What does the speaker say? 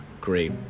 great